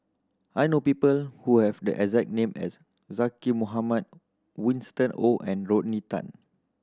I know people who have the exact name as Zaqy Mohamad Winston Oh and Rodney Tan